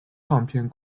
唱片